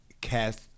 cast